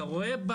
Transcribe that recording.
אתה רואה,